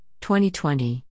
2020